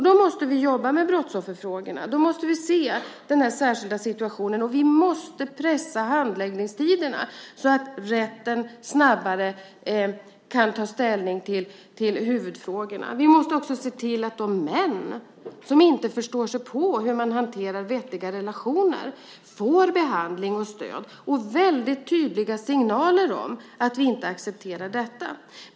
Då måste vi jobba med brottsofferfrågorna. Då måste vi se den här särskilda situationen, och vi måste pressa handläggningstiderna så att rätten snabbare kan ta ställning till huvudfrågorna. Vi måste också se till att de män som inte förstår sig på hur man hanterar vettiga relationer får behandling och stöd och väldigt tydliga signaler om att vi inte accepterar detta.